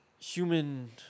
human